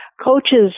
coaches